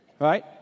Right